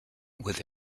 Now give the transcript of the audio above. with